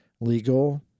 legal